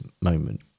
moment